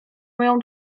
moją